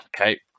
Okay